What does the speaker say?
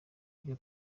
ibyo